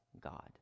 God